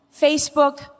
Facebook